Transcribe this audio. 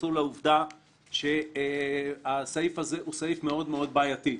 התייחסו לכך שהסעיף הזה הוא סעיף מאוד-מאוד בעייתי.